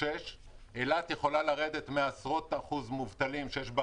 אילת יכולה לרדת מעשרות אלפי מובטלים שיש בה